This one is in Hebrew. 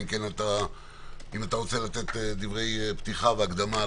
אם אתה רוצה לתת דברי הקדמה,